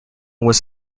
was